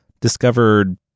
Discovered